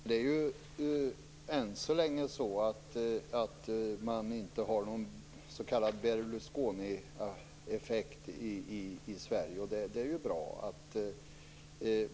Herr talman! Än så länge har vi inte sett någon s.k. Berlusconieffekt i Sverige, och det är ju bra.